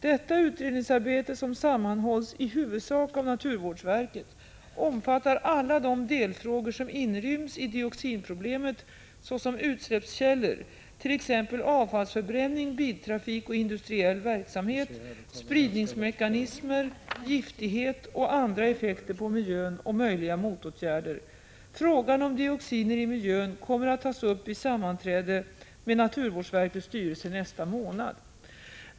Detta utredningsarbete, som sammanhålls i huvudsak av naturvårdsverket, omfattar alla de delfrågor som inryms i dioxinproblemet såsom utsläppskällor, t.ex. avfallsförbränning, biltrafik och industriell verksamhet, spridningsmekanismer, giftighet och andra effekter på miljön och möjliga motåtgärder. Frågan om dioxiner i miljön kommer att tas upp vid sammanträde med naturvårdsverkets styrelse nästa månad.